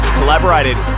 collaborated